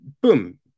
Boom